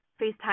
FaceTime